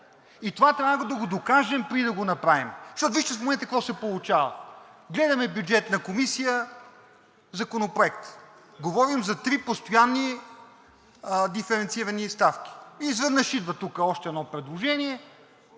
Това трябва да го докажем преди да го направим. Защото вижте в момента какво се получава. Гледаме в Бюджетна комисия законопроект. Говорим за три постоянни диференцирани ставки и изведнъж идва тук още едно предложение